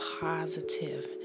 positive